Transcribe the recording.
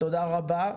תודה רבה.